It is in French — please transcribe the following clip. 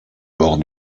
bord